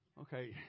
Okay